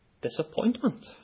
disappointment